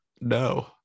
no